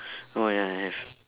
oh ya I have